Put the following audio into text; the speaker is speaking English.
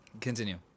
continue